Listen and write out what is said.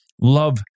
love